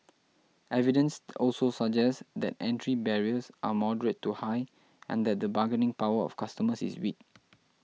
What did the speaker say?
evidence also suggests that entry barriers are moderate to high and that the bargaining power of customers is weak